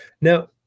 Now